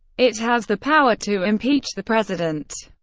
it has the power to impeach the president.